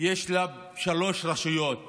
שיש בה שלוש רשויות